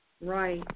Right